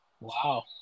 Wow